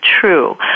true